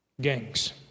gangs